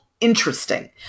interesting